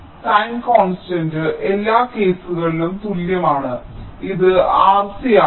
time constant എല്ലാ കേസുകളിലും തുല്യമാണ് ഇത് R c ആണ്